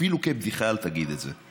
אפילו כבדיחה אל תגיד את זה,